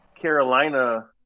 Carolina